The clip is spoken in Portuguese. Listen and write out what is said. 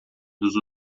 dos